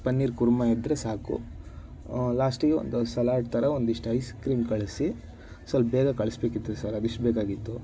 ಪನ್ನೀರ್ ಕುರ್ಮಾ ಇದ್ದರೆ ಸಾಕು ಲಾಸ್ಟಿಗೆ ಒಂದು ಸಲಾಡ್ ಥರ ಒಂದಿಷ್ಟು ಐಸ್ಕ್ರೀಮ್ ಕಳಿಸಿ ಸ್ವಲ್ಪ ಬೇಗ ಕಳಿಸಬೇಕಿತ್ತು ಸರ್ ಅದಿಷ್ಟು ಬೇಕಾಗಿತ್ತು